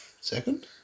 second